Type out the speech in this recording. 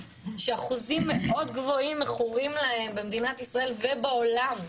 שאחוזים מאוד גבוהים מכורים להם במדינת ישראל ובעולם.